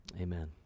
Amen